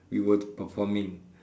we were to performing